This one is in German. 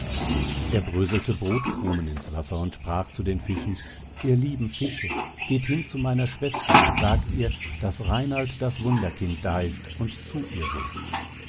er bröselte brotkrumen ins wasser und sprach zu den fischen ihr lieben fische geht hin zu meiner schwester und sagt ihr daß reinald das wunderkind da ist und zu ihr will